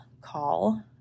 call